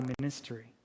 ministry